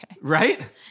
Right